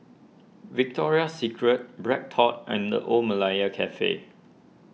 Victoria Secret BreadTalk and the Old Malaya Cafe